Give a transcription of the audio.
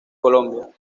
colombia